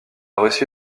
reçu